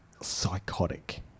Psychotic